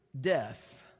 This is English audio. death